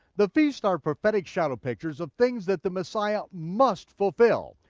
the feasts are prophetic shadow pictures of things that the messiah must fulfill.